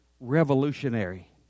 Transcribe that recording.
revolutionary